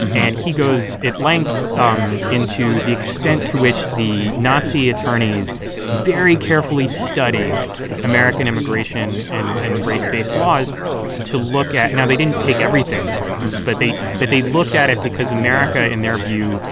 and he goes at length um into the extent to which the nazi attorneys very carefully studied american immigration and race-based laws to look at now, they didn't take everything from us. but they but they looked at it because america, in their view,